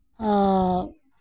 ᱟᱨ